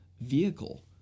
vehicle